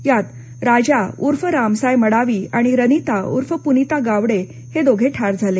यात राजा उर्फ रामसाय मडावी आणि रनिता उर्फ पुनिता गावडे हे दोघे ठार झाले